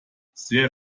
sehr